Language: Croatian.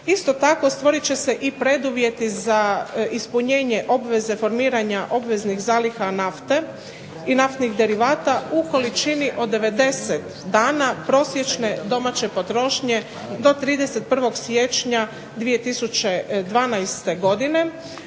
Isto tako stvorit će se i preduvjeti i za ispunjenje obveze formiranja obveznih zaliha nafte i naftnih derivata u količini od 90 dana prosječne domaće potrošnje do 31. siječnja 2012. godine,